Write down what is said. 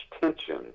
tension